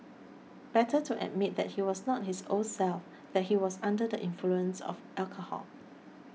better to admit that he was not his old self that he was under the influence of alcohol